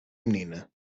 menina